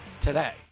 today